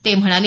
ते म्हणाले